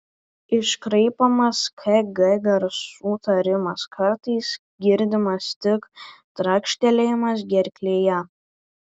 iškraipomas k g garsų tarimas kartais girdimas tik trakštelėjimas gerklėje